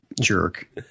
jerk